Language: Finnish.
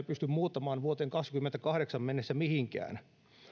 pysty muuttamaan vuoteen kahdessakymmenessäkahdeksassa mennessä mihinkään